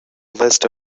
list